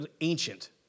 ancient